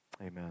amen